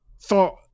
thought